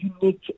unique